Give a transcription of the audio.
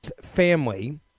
Family